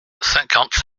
cinquante